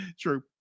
true